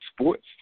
sports